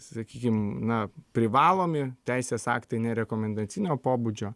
sakykim na privalomi teisės aktai ne rekomendacinio pobūdžio